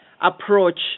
approach